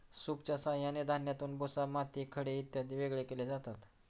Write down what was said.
सूपच्या साहाय्याने धान्यातून भुसा, माती, खडे इत्यादी वेगळे केले जातात